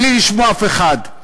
בלי לשמוע אף אחד.